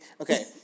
Okay